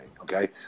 okay